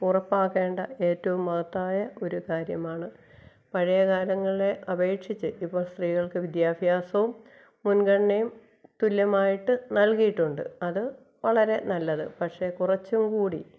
ഉറപ്പാക്കേണ്ട ഏറ്റവും മഹത്തായ ഒരു കാര്യമാണ് പഴയകാലങ്ങളെ അപേക്ഷിച്ച് ഇപ്പോൾ സ്ത്രീകൾക്ക് വിദ്യാഭ്യാസവും മുൻഗണനയും തുല്യമായിട്ട് നൽകിയിട്ടുണ്ട് അതു വളരെ നല്ലത് പക്ഷെ കുറച്ചുങ്കൂടി